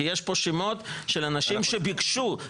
כי יש פה שמות של אנשים שביקשו.